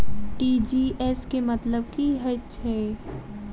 TGS केँ मतलब की हएत छै?